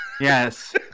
yes